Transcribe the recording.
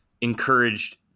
encouraged